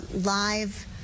live